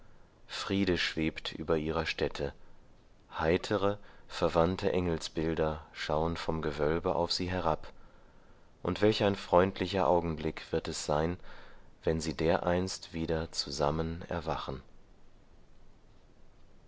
friede schwebt über ihrer stätte heitere verwandte engelsbilder schauen vom gewölbe auf sie herab und welch ein freundlicher augenblick wird es sein wenn sie dereinst wieder zusammen erwachen